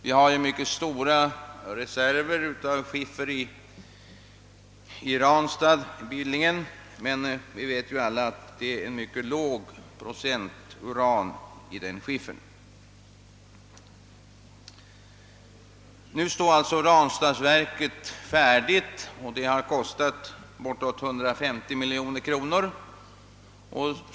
Vi har mycket stora skifferreserver i Billingen, men vi vet alla att det är en mycket låg uranprocent i denna skiffer. Nu står alltså Ranstadsverket färdigt. Det har kostat bortåt 150 miljoner kronor.